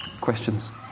questions